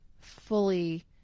fully